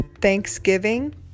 Thanksgiving